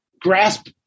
grasp